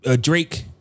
Drake